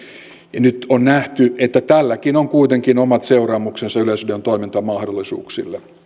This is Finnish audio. ja nyt on nähty että tälläkin on kuitenkin omat seuraamuksensa yleisradion toimintamahdollisuuksille